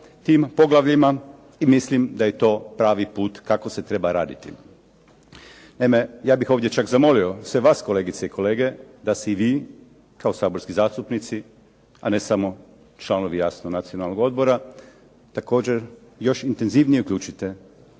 tim poglavljima i mislim da je to pravi put kako se treba raditi. Naime, ja bih ovdje zamolio sve vas kolegice i kolege da si vi kao saborski zastupnici a ne samo članovi jasno Nacionalnog odbora još intenzivnije uključite